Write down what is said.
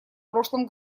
прошлом